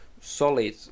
solid